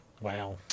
Wow